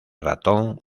ratón